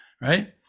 right